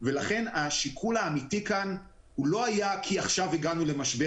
ולכן השיקול האמיתי כאן לא היה כי עכשיו הגענו למשבר